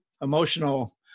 emotional